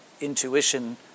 intuition